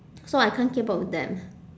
so I can't keep up with them